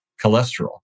cholesterol